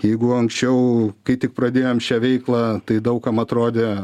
jeigu anksčiau kai tik pradėjom šią veiklą tai daug kam atrodė